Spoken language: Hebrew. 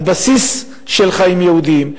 על בסיס של חיים יהודיים,